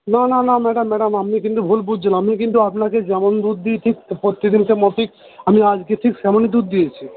না না না ম্যাডাম ম্যাডাম আপনি কিন্তু ভুল বুঝছেন আমি কিন্তু আপনাকে যেমন দুধ দিই ঠিক প্রত্যেক দিনকের মতই আমি আজকে ঠিক সেমনই দুধ দিয়েছি